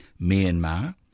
Myanmar